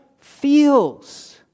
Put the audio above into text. feels